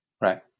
Right